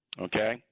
Okay